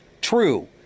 true